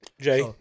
Jay